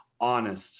honest